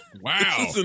wow